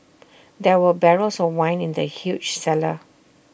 there were barrels of wine in the huge cellar